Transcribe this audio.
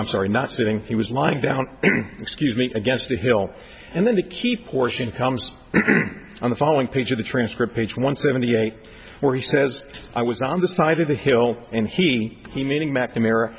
i'm sorry not sitting he was lying down excuse me against the hill and then the key portion comes on the following page of the transcript page one seventy eight where he says i was on the side of the hill and he he meaning mcnamara